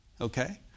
Okay